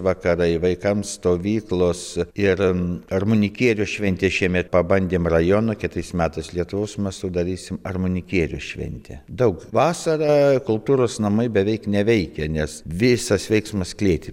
vakarai vaikams stovyklos ir armonikierių šventė šiemet pabandėm rajono kitais metais lietuvos mastu darysim armonikierių šventę daug vasarą kultūros namai beveik neveikia nes visas veiksmas klėty